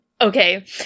Okay